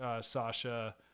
Sasha